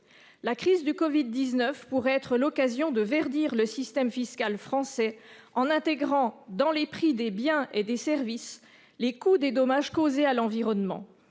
La crise du Covid-19 pourrait être l'occasion de « verdir » le système fiscal français en intégrant dans les prix des biens et des services les coûts des dommages causés à l'environnement,